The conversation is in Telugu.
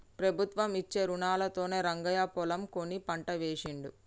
ప్రభుత్వం ఇచ్చే రుణాలతోనే రంగయ్య పొలం కొని పంట వేశిండు